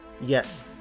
Yes